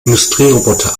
industrieroboter